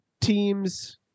teams